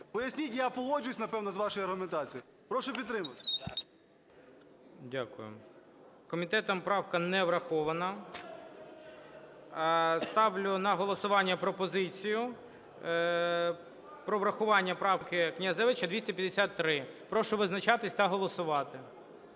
Поясніть. Я погоджусь, напевно, з вашою аргументацією. Прошу підтримати. ГОЛОВУЮЧИЙ. Дякую. Комітетом правка не врахована. Ставлю на голосування пропозицію про врахування правки Князевича 253. Прошу визначатись та голосувати.